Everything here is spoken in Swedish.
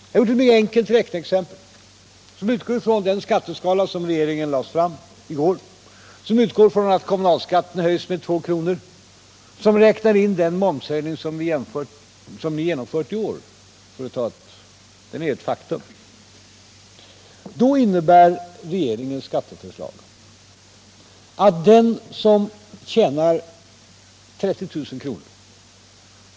Jag har gjort ett enkelt räkneexempel som utgår ifrån den skatteskala som regeringen i går lade fram, som utgår ifrån att kommunalskatten höjs med två kronor och som räknar in den momshöjning som ni genomfört i år — den är ju ett faktum. Mitt räkneexempel visar att regeringens skatteförslag innebär att den som tjänar 30 000 kr.